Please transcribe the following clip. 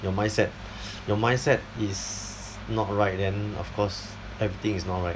your mindset your mindset is not right then of course everything is not right